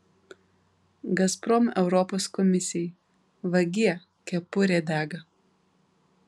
gazprom europos komisijai vagie kepurė dega